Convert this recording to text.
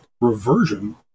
reversion